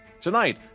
Tonight